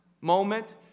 moment